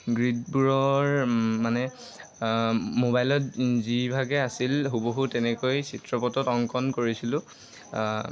গ্ৰীডবোৰৰ মানে মোবাইলত যিভাগে আছিল হুবহু তেনেকৈ চিত্ৰপথত অংকন কৰিছিলোঁ